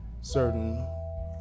certain